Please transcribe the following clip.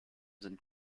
sind